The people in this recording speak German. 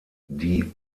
die